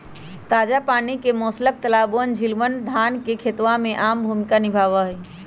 ताजा पानी के मोलस्क तालाबअन, झीलवन, धान के खेतवा में आम भूमिका निभावा हई